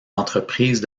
entreprises